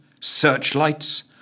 searchlights